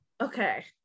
Okay